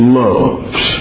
loves